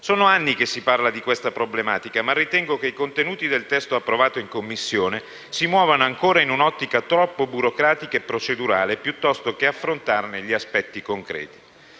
Sono anni che si parla di questa problematica, ma ritengo che i contenuti del testo approvato in Commissione si muovano ancora in una ottica troppo burocratica e procedurale, piuttosto che affrontarne gli aspetti concreti.